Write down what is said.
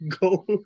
go